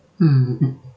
mm